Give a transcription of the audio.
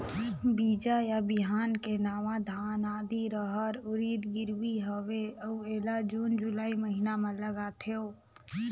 बीजा या बिहान के नवा धान, आदी, रहर, उरीद गिरवी हवे अउ एला जून जुलाई महीना म लगाथेव?